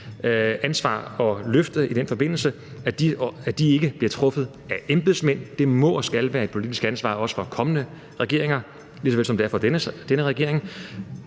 ansvar at løfte i den forbindelse – ikke bliver truffet af embedsmænd. Det må og skal være et politisk ansvar for også kommende regeringer, lige såvel som det er for denne regering.